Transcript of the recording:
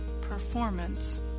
performance